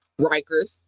Rikers